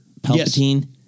Palpatine